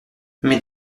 mais